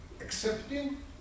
accepting